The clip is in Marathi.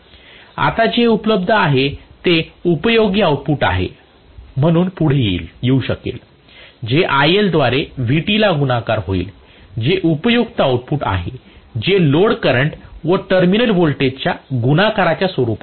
आता जे उपलब्ध आहे ते उपयोगी आउटपुट म्हणून पुढे येऊ शकेल जे IL द्वारे Vt ला गुणाकार होईल जे उपयुक्त आउटपुट आहे जे लोड करंट व टर्मिनल वोल्टेजच्या गुणाकाराच्या स्वरूपात आहे